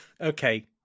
Okay